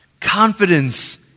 Confidence